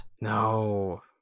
No